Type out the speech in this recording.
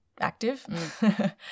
active